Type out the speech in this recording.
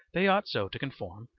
they ought so to conform,